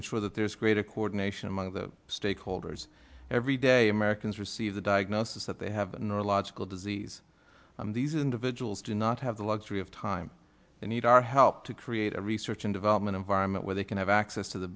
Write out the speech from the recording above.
ensure that there's greater coordination among the stakeholders every day americans receive the diagnosis that they have the neurological disease on these individuals do not have the luxury of time they need our help to create a research and development environment where they can have access to the